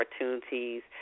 opportunities